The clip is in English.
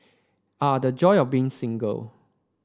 ah the joy of being single